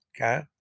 Okay